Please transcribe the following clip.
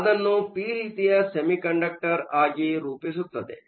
ಆದ್ದರಿಂದ ಅದನ್ನು ಪಿ ರೀತಿಯ ಸೆಮಿಕಂಡಕ್ಟರ್ ರೂಪಿಸುತ್ತದೆ